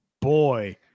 boy